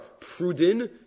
prudin